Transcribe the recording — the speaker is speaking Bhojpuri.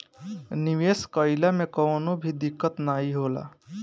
निवेश कइला मे कवनो भी दिक्कत नाइ होला